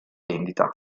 vendita